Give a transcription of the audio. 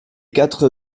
quatre